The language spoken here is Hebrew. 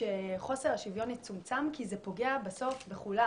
שחוסר השוויון יצומצם כי זה פוגע בכולם.